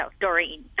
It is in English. Doreen